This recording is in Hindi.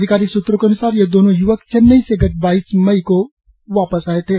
अधिकारिक सूत्रों के अन्सार ये दोनों युवक चेन्नई से गत बाईस मई को वापस आएं थे